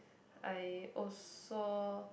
I also